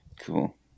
Cool